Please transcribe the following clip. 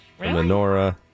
Menorah